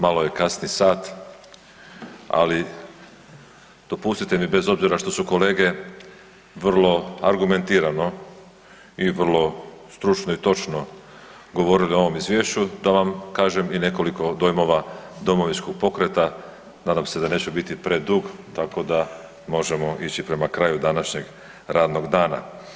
Malo je kasni sat, ali dopustite mi bez obzira što su kolege vrlo argumentirano i vrlo stručno i točno govorili o ovom Izvješću da vam kažem i nekoliko dojmova Domovinskog pokreta, nadam se da neću biti predug, tako da možemo ići prema kraju današnjeg radnog dana.